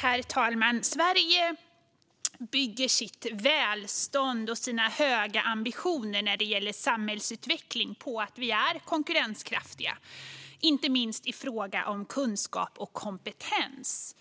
Herr talman! Sverige bygger sitt välstånd och sina höga ambitioner när det gäller samhällsutveckling på att vi är konkurrenskraftiga, inte minst i fråga om kunskap och kompetens.